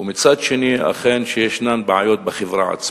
ומצד שני אכן יש בעיות בחברה עצמה,